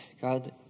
God